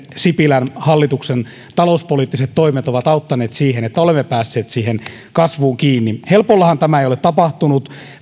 sipilän hallituksen talouspoliittiset toimet ovat auttaneet siihen että olemme päässeet siihen kasvuun kiinni helpollahan tämä ei ole tapahtunut